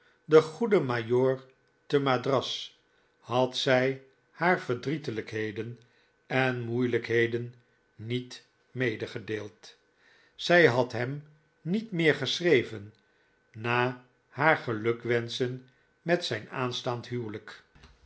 den goeden majoor te madras had zij haar verdrietelijkheden en moeilijkheden niet medegedeeld zij had hem niet meer geschreven na haar gelukwenschen met zijn aanstaand huwelijk